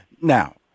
Now